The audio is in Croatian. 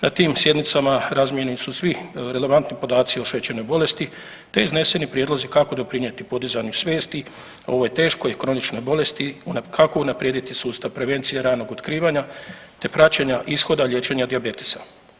Na tim sjednicama razmijenjeni su svi relevantni podaci o šećernoj bolesti, te izneseni prijedlozi kako doprinijeti podizanju svijesti o ovoj teškoj kroničnoj bolesti, kako unaprijediti sustav prevencije ranog otkrivanja, te praćenja ishoda liječenja dijabetesa.